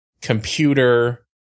computer